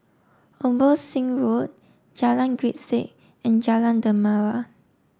Abbotsingh Road Jalan Grisek and Jalan Dermawan